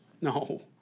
No